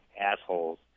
assholes